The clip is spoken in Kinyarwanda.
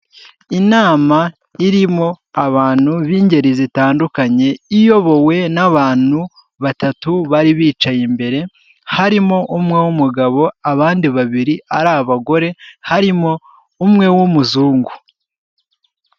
Inama irimo abantu b'ingeri zitandukanye iyobowe n'abantu batatu bari bicaye imbere harimo umwe w'umugabo abandi babiri ari abagore harimo umwe w'umuzungu.